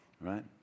right